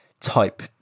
type